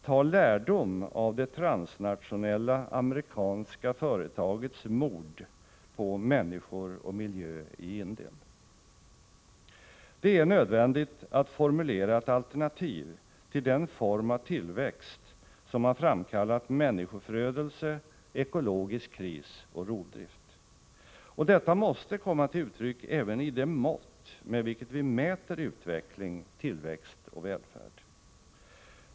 Ta lärdom av det transnationella amerikanska företagets mord på människor och miljö i Indien! Det är nödvändigt att formulera ett alternativ till den form av tillväxt som har framkallat människoförödelse, ekologisk kris och rovdrift. Och detta måste komma till uttryck även i det mått med vilket vi mäter utveckling, tillväxt och välfärd.